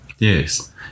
Yes